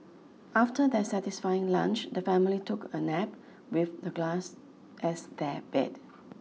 after their satisfying lunch the family took a nap with the glass as their bed